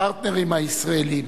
הפרטנרים הישראלים: